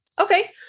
Okay